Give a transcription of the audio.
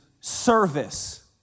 service